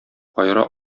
каера